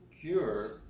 cure